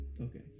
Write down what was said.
Okay